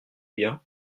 bien